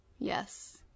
Yes